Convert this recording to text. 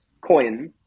coin